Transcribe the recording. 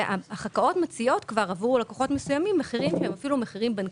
וחברות כרטיסי האשראי מציעות עבור לקוחות מסוימים מחירים בנקאיים